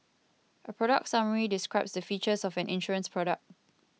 a product summary describes the features of an insurance product